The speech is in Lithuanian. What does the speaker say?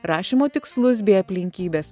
rašymo tikslus bei aplinkybes